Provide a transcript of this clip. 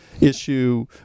issue